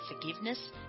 forgiveness